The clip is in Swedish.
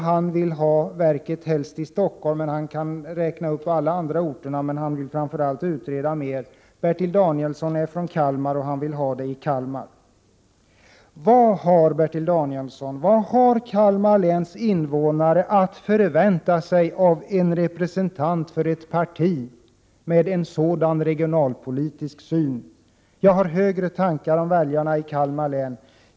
Han vill helst ha verket i Stockholm, men han räknar upp många andra orter. Och han vill framför allt utreda mera. Bertil Danielsson är från Kalmar, och han vill ha verket i Kalmar. Vad har, Bertil Danielsson, Kalmar läns invånare att förvänta sig av en representant för ett parti med sådan regionalpolitisk syn som moderaterna har? Jag har högre tankar om väljarna i Kalmar län.